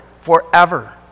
forever